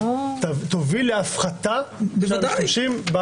יש לנו רצון לקדם את ההצעה אז אנחנו עומדים מאחוריה.